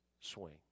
swing